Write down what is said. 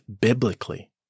biblically